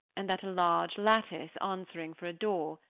and that a large lattice, answering for a door,